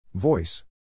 Voice